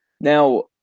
now